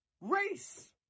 race